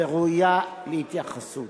וראויה להתייחסות.